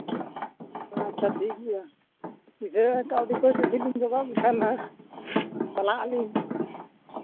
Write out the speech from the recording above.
ᱟᱪᱪᱷᱟ ᱴᱷᱤᱠ ᱜᱮᱭᱟ ᱠᱟᱹᱣᱰᱤ ᱠᱚ ᱡᱩᱫᱤᱞᱤᱧ ᱡᱚᱜᱟᱲ ᱞᱮᱠᱷᱟᱱ ᱦᱟᱸᱜ ᱪᱟᱞᱟᱜᱼᱟᱹᱞᱤᱧ